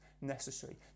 necessary